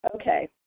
Okay